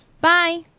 Bye